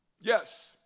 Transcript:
Yes